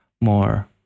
more